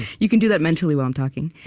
you can do that mentally, while i'm talking.